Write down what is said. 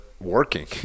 working